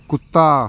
ਕੁੱਤਾ